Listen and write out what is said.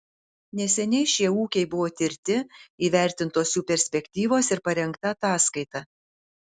neseniai šie ūkiai buvo tirti įvertintos jų perspektyvos ir parengta ataskaita